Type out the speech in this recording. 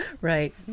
Right